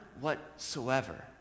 whatsoever